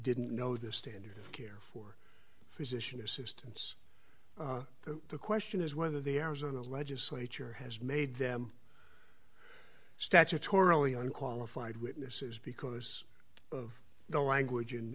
didn't know the standard of care for physician assistance so the question is whether the arizona legislature has made them statutorily unqualified witnesses because of the language in